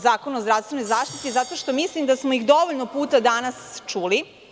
Zakona o zdravstvenoj zaštiti, zato što mislim da smo ih dovoljno puta danas čuli.